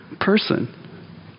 person